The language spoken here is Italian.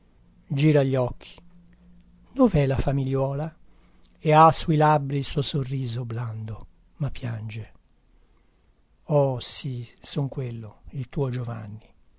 gira gli occhi dovè la famigliuola e ha sui labbri il suo sorriso blando ma piange oh sì son quello il tuo giovanni